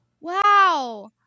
wow